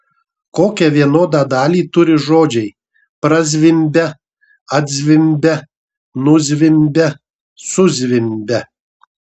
kokią vienodą dalį turi žodžiai prazvimbia atzvimbia nuzvimbia suzvimbia